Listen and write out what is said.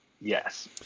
Yes